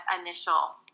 initial